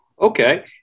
Okay